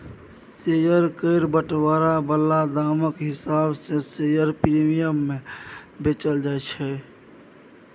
share केर बंटवारा बला दामक हिसाब सँ शेयर प्रीमियम बेचल जाय छै